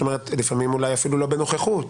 לפעמים אולי אפילו לא בנוכחות,